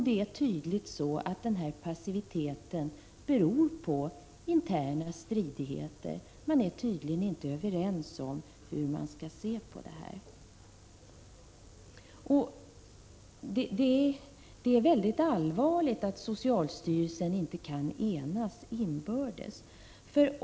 Denna passivitet beror tydligen på interna stridigheter, man är inte överens om hur man skall se på saken. Det är allvarligt att socialstyrelsen inte kan ena sig.